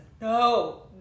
no